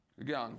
Again